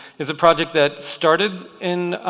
is a project that started in